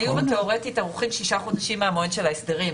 תיאורטית הם היו ערוכים שישה חודשים מהמועד של ההסדרים.